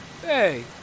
Hey